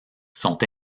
sont